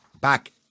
back